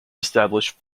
established